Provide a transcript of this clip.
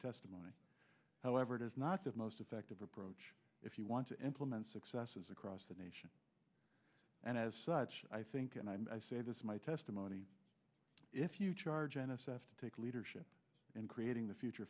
testimony however it is not the most effective approach if you want to implement successes across the nation and as such i think and i say this my testimony if you charge n s f to take leadership in creating the future